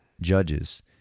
Judges